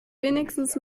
wenigstens